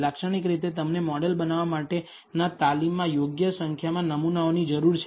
લાક્ષણિક રીતે તમને મોડેલ બનાવવા માટેના તાલીમમાં યોગ્ય સંખ્યામાં નમૂનાઓની જરૂર છે